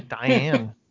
Diane